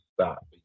stop